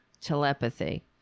telepathy